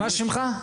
מה שמך?